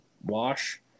wash